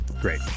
Great